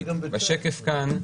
בשקף כאן,